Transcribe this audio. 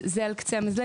זה על קצה המזלג,